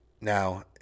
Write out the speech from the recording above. Now